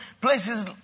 places